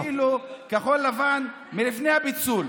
זה כאילו כחול לבן לפני הפיצול.